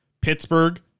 Pittsburgh